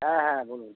হ্যাঁ হ্যাঁ বলুন